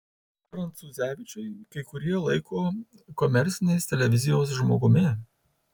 prancūzevičių kai kurie laiko komercinės televizijos žmogumi